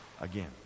again